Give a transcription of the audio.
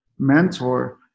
mentor